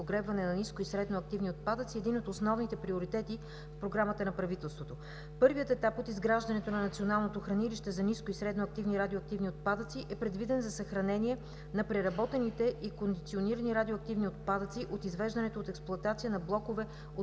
погребване на ниско и средно активни отпадъци, е един от основните приоритети в Програмата на правителството. Първият етап от изграждането на Националното хранилище за ниско и средно активни радиоактивни отпадъци е предвиден за съхранение на преработените и кондиционирани радиоактивни отпадъци от извеждането от експлоатация на блокове от